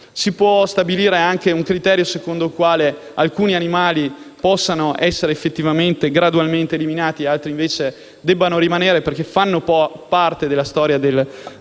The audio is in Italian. Si può stabilire anche un criterio secondo il quale alcuni animali possono essere gradualmente eliminati mentre altri devono rimanere, perché fanno parte della storia del circo